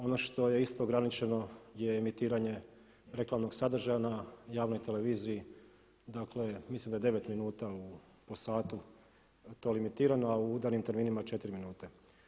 Ono što je isto ograničeno je emitiranje reklamnog sadržaja na javnoj televiziji, dakle mislim da je 9 minuta po satu to limitirano a u udarnim terminima 4 minute.